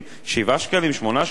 7 שקלים,